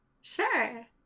Sure